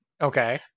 Okay